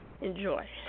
Enjoy